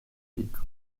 dick